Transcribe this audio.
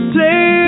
Play